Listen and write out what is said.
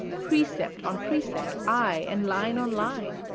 precept on precept, aye, and line on line,